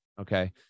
Okay